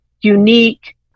unique